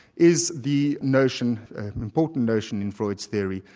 is the notion, an important notion in freud's theory,